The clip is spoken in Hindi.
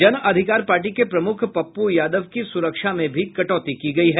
जनअधिकार पार्टी के प्रमुख पप्प् यादव की सुरक्षा में भी कटौती की गयी है